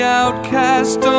outcast